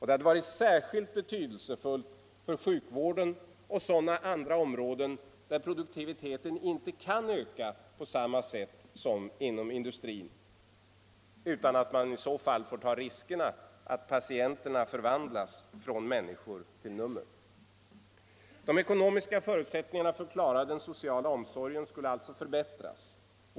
Det hade varit särskilt betydelsefullt för sjukvården och liknande områden, där produktiviteten inte kan öka på samma sätt som inom industrin utan att man riskerar att patienterna förvandlas från människor till nummer. De ekonomiska förutsättningarna för att klara den sociala omsorgen skulle förbättras.